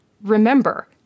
remember